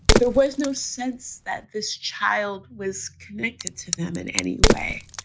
there was no sense that this child was connected to them in any way.